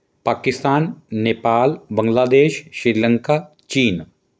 ਪਾਕਿਸਤਾਨ ਨੇਪਾਲ ਬੰਗਲਾਦੇਸ਼ ਸ਼੍ਰੀਲੰਕਾ ਚੀਨ